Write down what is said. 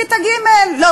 כיתה ג' לא,